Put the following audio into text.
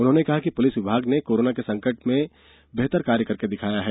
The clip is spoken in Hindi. उन्होंने कहा कि पुलिस विभाग ने कोरोना के संकट काल में बेहतर कार्य करके दिखाया है